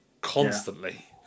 constantly